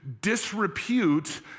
disrepute